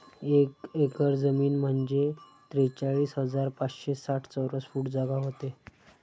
एक एकर जमीन म्हंजे त्रेचाळीस हजार पाचशे साठ चौरस फूट जागा व्हते